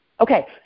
Okay